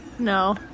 No